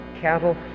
cattle